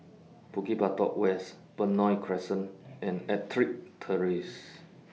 Bukit Batok West Benoi Crescent and Ettrick Terrace